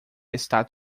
está